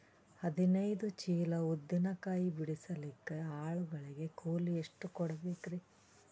ಹದಿನೈದು ಚೀಲ ಉದ್ದಿನ ಕಾಯಿ ಬಿಡಸಲಿಕ ಆಳು ಗಳಿಗೆ ಕೂಲಿ ಎಷ್ಟು ಕೂಡಬೆಕರೀ?